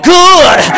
good